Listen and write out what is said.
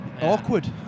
Awkward